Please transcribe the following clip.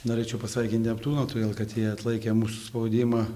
norėčiau pasveikint neptūną todėl kad jie atlaikė mūsų spaudimą